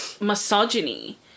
misogyny